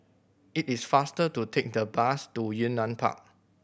it is faster to take the bus to Yunnan Park